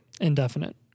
Indefinite